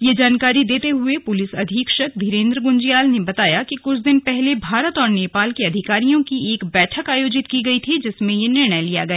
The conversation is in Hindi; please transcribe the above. यह जानकारी देते हुए पुलिस अधीक्षक धीरेन्द्र गुंज्याल ने बताया कि कुछ दिन पहले भारत और नेपाल के अधिकारियों की एक बैठक आयोजित की गयी थी जिसमें यह निर्णय लिया गया